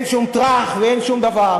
אין שום טראח ואין שום דבר.